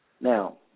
Now